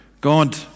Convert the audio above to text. God